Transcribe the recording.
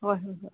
ꯍꯣꯏ ꯍꯣꯏ